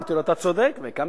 אמרתי לו, אתה צודק, והקמתי,